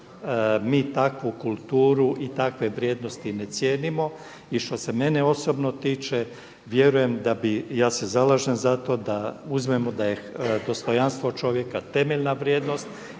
mi takvu kulturu i takve vrijednosti ne cijenimo i što se mene osobno tiče vjerujem da bi, ja se zalažem za to da uzmemo da je dostojanstvo čovjeka temeljna vrijednost